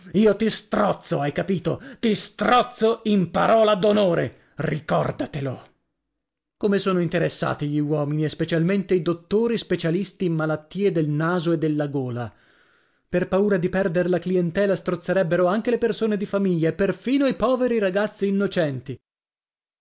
io ti strozzo hai capito ti strozzo in parola d'onore ricòrdatelo come sono interessati gli uomini e specialmente i dottori specialisti in malattie del naso e della gola per paura di perder la clientela strozzerebbero anche le persone di famiglia e perfino i poveri ragazzi innocenti